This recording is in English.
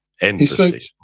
endlessly